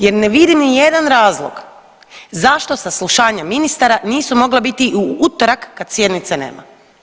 Jer ne vidim ni jedan razlog zašto saslušanja ministara nisu mogla biti u utorak kad sjednice nema.